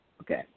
Okay